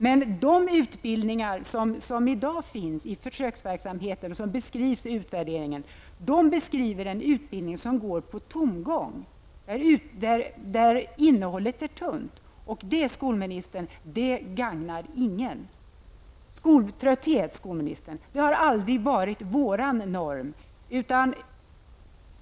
Men de utbildningar som finns i dag i försöksverksamheter och som beskrivs i utvärderingar är utbildningar som går på tomgång. Innehållet är tunt och det, skolministern, gagnar ingen. Skoltrötthet har aldrig varit vår norm.